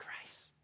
grace